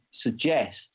suggest